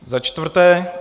Za čtvrté.